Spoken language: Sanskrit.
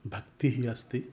भक्तिः अस्ति